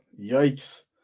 yikes